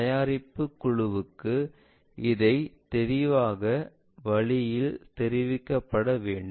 தயாரிப்பு குழுவுக்கு இதை தெளிவான வழியில் தெரிவிக்கப்பட வேண்டும்